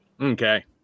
okay